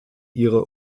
ihre